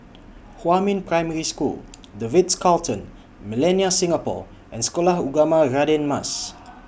Huamin Primary School The Ritz Carlton Millenia Singapore and Sekolah Ugama Radin Mas